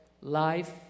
life